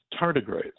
tardigrades